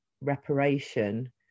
reparation